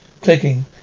Clicking